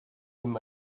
him